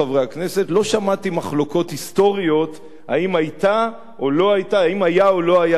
לא שמעתי מחלוקות היסטוריות האם היה או לא היה רצח עם.